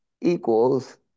equals